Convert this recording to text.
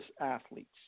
athletes